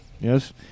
Yes